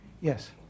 Yes